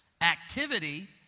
activity